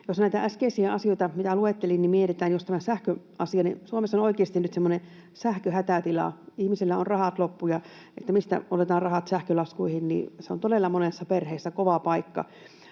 jos näitä äskeisiä asioita, mitä luettelin, mietitään, just tätä sähköasiaa, niin Suomessa on oikeasti nyt semmoinen sähköhätätila: Ihmisillä on rahat loppu, joten mistä otetaan rahat sähkölaskuihin? Se on todella monessa perheessä kova paikka.